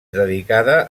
dedicada